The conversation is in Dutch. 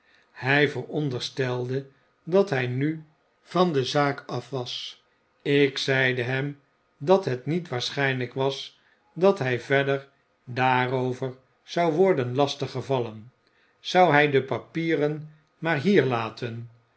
hij veronderstelde dat hij nu van de zaak af was ik zeide hem dat het niet waarschijnlijk was dat hij verder daarover zou worden lastig gevallen zou hij de papieren maar hier laten